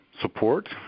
support